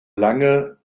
lange